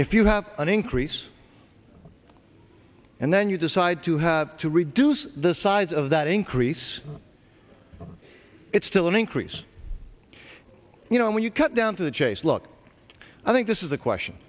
if you have an increase and then you decide to have to reduce the size of that increase it's still an increase you know and when you cut down to the chase look i think this is a question